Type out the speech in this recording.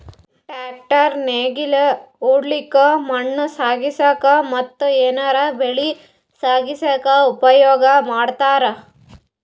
tractor ನೇಗಿಲ್ ಹೊಡ್ಲಿಕ್ಕ್ ಮಣ್ಣ್ ಸಾಗಸಕ್ಕ ಮತ್ತ್ ಏನರೆ ಬೆಳಿ ಸಾಗಸಕ್ಕ್ ಉಪಯೋಗ್ ಮಾಡ್ತಾರ್